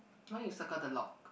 now you circle the lock